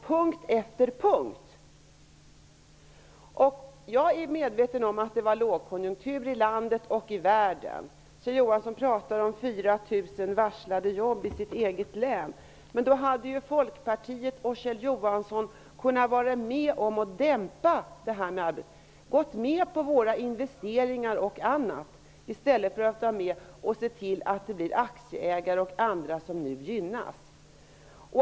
Jag är medveten om att det vid detta tillfälle var lågkonjunktur i landet och i världen -- Kjell Johansson talar om 4 000 varslade jobb i sitt eget län. Men Folkpartiet och Kjell Johansson hade ju då kunnat vara med om att dämpa lågkonjunkturens effekter genom att bl.a. gå med på av oss föreslagna investeringar, i stället för att vara med om att se till att det som nu blir aktieägare och andra som gynnas.